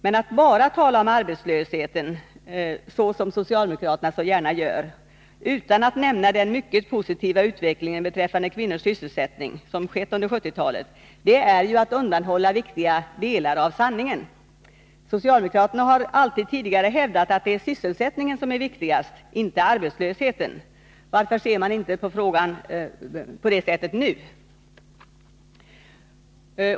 Men att bara tala om arbetslösheten, såsom socialdemokraterna så gärna gör, utan att nämna den mycket positiva utveckling beträffande kvinnors sysselsättning som skett under 1970-talet är ju att undanhålla viktiga delar av sanningen. Socialdemokraterna har tidigare alltid hävdat att det är sysselsättningen som är viktigast, inte arbetslösheten. Varför ser man inte på frågan på det sättet nu?